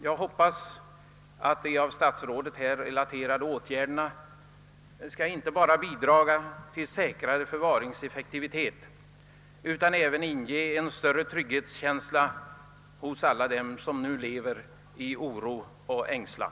Jag hoppas att de åtgärder som nämns i svaret inte bara skall bidra till säkrare förvaring utan även inge trygghetskänsla hos alla dem som nu lever i oro och ängslan.